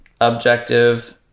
objective